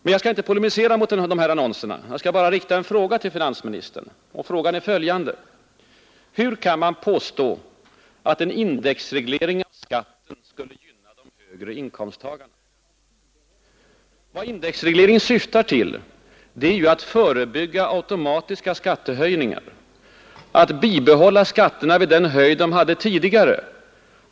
Men jag skall inte polemisera mot de här annonserna; jag skall bara rikta en fråga till finansministern: Hur kan man påstå att en indexreglering av skatten skulle gynna de högre inkomsttagarna? Vad indexreglering syftar till är ju att förebygga automatiska skattehöjningar. Att bibehålla skatterna vid den höjd de hade tidigare.